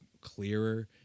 clearer